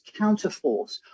counterforce